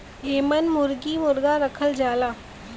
एमन मुरगी मुरगा रखल जाला